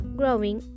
growing